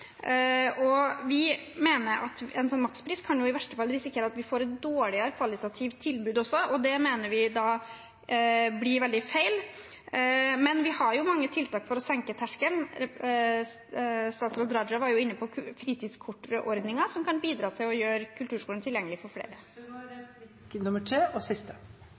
Vi mener at vi med en makspris i verste fall kan risikere at vi får et dårligere kvalitativt tilbud også, og det mener vi blir feil. Vi har mange tiltak for å senke terskelen. Statsråd Raja var inne på fritidskortordningen, som kan bidra til å gjøre kulturskolen tilgjengelig for flere. Jeg takker for svaret. Vi følger spent med på framleggelsen av den nye opplæringsloven. Jeg tror det